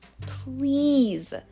Please